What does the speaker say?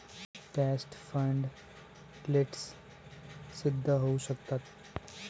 trust fund क्लिष्ट सिद्ध होऊ शकतात